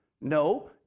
No